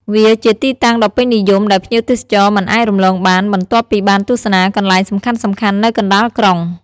វាជាទីតាំងដ៏ពេញនិយម ដែលភ្ញៀវទេសចរមិនអាចរំលងបាន បន្ទាប់ពីបានទស្សនាកន្លែងសំខាន់ៗនៅកណ្តាលក្រុង។